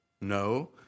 No